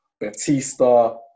Batista